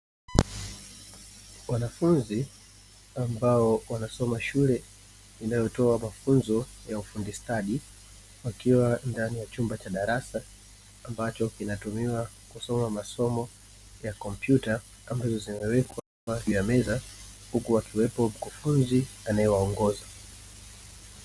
Wanafunzi ambao wanasoma shule inayotoa mafunzo ya ufundi stadi wakiwa ndani ya chumba cha darasa ambacho kinatumiwa kusoma masomo ya kompyuta, ambazo zimewekwa juu meza. Huku akiwemo mkufunzi anayeowaongoza.